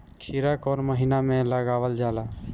खीरा कौन महीना में लगावल जाला?